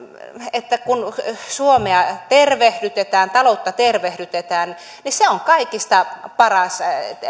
että kun suomea tervehdytetään taloutta tervehdytetään niin se on kaikista paras